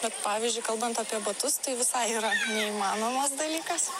bet pavyzdžiui kalbant apie batus tai visai yra neįmanomas dalykas